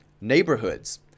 neighborhoods